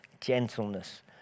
gentleness